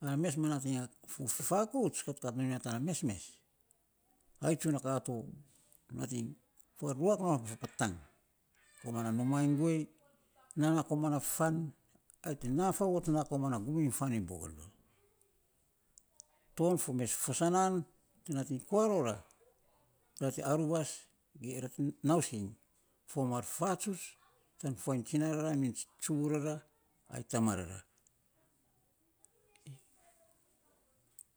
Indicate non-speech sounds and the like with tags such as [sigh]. ana mes ma nating a fo fi fakouts, katkat non ya tana mesmes, ai tsun a ka to [laughs] nating faruak non a fo patang koman na numaa iny guei naa naa koman na fan, ai te naa faavot naa koman na gum fan iny bogenvil. Ton fo mes fo sanaan nating kuar ror ra te aruwas ge ra te nausing fo mar faatsuts tan fuainy tsina rara min tsuvu rara ai tama rara. [noise]